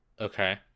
Okay